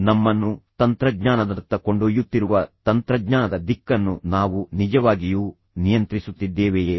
ನಮ್ಮನ್ನು ತಂತ್ರಜ್ಞಾನದತ್ತ ಕೊಂಡೊಯ್ಯುತ್ತಿರುವ ತಂತ್ರಜ್ಞಾನದ ದಿಕ್ಕನ್ನು ನಾವು ನಿಜವಾಗಿಯೂ ನಿಯಂತ್ರಿಸುತ್ತಿದ್ದೇವೆಯೇ